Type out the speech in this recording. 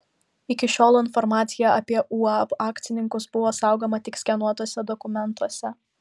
iki šiol informacija apie uab akcininkus buvo saugoma tik skenuotuose dokumentuose